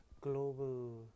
global